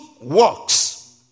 works